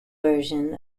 version